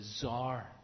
bizarre